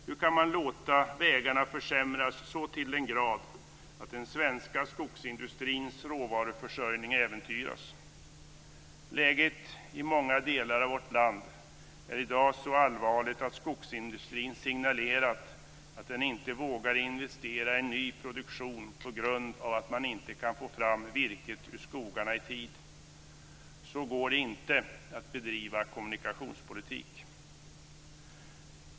Hur kan man låta vägarna försämras så till den grad att den svenska skogsindustrins råvaruförsörjning äventyras? Läget i många delar av vårt land är i dag så allvarligt att skogsindustrin signalerat att den inte vågar investera i ny produktion på grund av att man inte kan få fram virket ur skogarna i tid. Så går det inte att bedriva kommunikationspolitik.